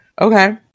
okay